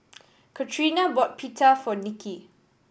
Catrina bought Pita for Nicki